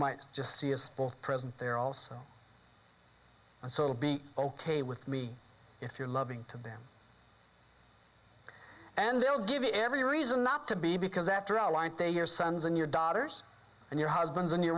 might just see as both present there also so it'll be ok with me if you're loving to them and they'll give you every reason not to be because after all aren't they your sons and your daughters and your husbands and your